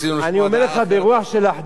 אני אומר לך ברוח של אחדות.